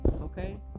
okay